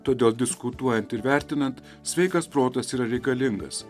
todėl diskutuojant ir vertinant sveikas protas yra reikalingas